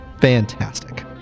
Fantastic